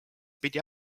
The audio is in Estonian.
pidi